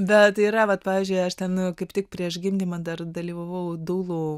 bet yra vat pavyzdžiui aš ten kaip tik prieš gimdymą dar dalyvavau dūlų